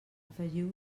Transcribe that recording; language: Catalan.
afegiu